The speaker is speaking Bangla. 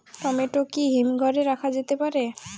টমেটো কি হিমঘর এ রাখা যেতে পারে?